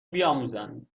بیاموزند